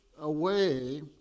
away